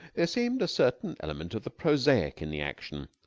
there seemed a certain element of the prosaic in the action.